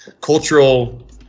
cultural